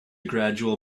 gradual